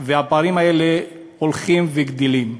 והפערים האלה הולכים וגדלים.